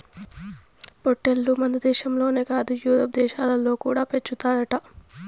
పొట్టేల్లు మనదేశంలోనే కాదు యూరోప్ దేశాలలో కూడా పెంచుతారట